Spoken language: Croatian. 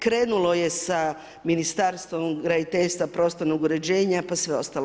Krenulo je sa Ministarstvom graditeljstva, prostornog uređenja pa sve ostalo.